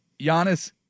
Giannis